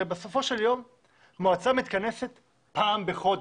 כי הרי בסופו של יום מועצה מתכנסת פעם בחודש.